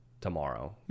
tomorrow